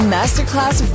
Masterclass